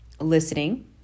listening